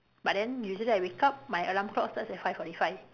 but then usually I wake up my alarm clock starts at five forty five